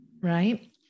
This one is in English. right